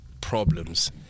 problems